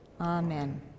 Amen